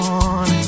on